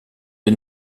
des